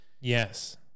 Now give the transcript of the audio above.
yes